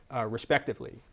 respectively